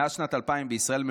אתם לא, פשוט אי-אפשר.